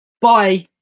bye